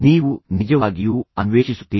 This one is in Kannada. ನೀವು ನಿಜವಾಗಿಯೂ ಅನ್ವೇಷಿಸುತ್ತೀರಿ